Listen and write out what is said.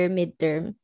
midterm